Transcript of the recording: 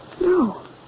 No